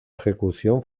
ejecución